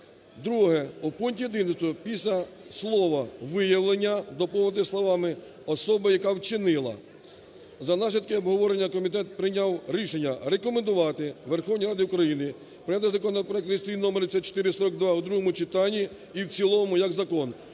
Друге. У пункті 11 після слова "виявлення" доповнити словами "особи, яка вчинила". За наслідками обговорення комітет прийняв рішення рекомендувати Верховній Раді України прийняти законопроект реєстраційний номер 5442 у другому читанні і в цілому як закон.